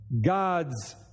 God's